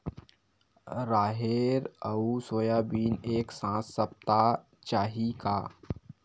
राहेर अउ सोयाबीन एक साथ सप्ता चाही का?